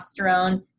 testosterone